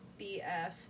BF